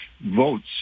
votes